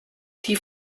die